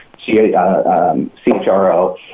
CHRO